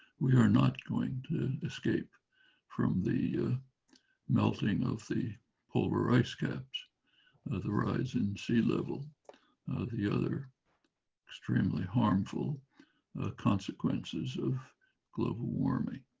we are not going to escape from the melting of the polar ice caps of the rise in sea level the other extremely harmful consequences of global warming.